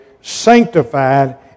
sanctified